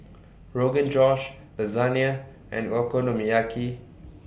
Rogan Josh Lasagne and Okonomiyaki